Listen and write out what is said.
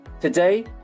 Today